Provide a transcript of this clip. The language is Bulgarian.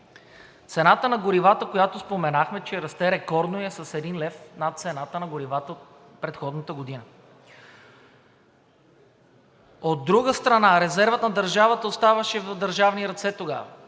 цената на горивата, която споменахме, че расте рекордно и е с един лев над цената на горивата от предходната година. От друга страна, резервът на държавата оставаше в държавни ръце тогава.